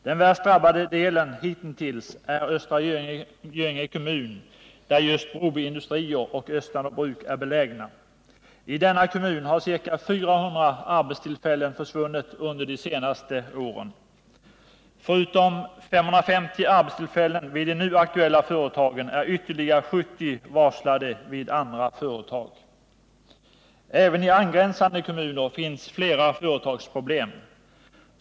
Den värst drabbade delen hitintills är Östra Göinge kommun, där just Broby Industrier och Östanå bruk är belägna. I denna kommun har ca 400 arbetstillfällen försvunnit under de senaste åren. Förutom 550 arbetstillfällen vid de nu aktuella företagen är ytterligare '70 varslade vid andra företag. Även i angränsande kommuner finns flera företagsproblem.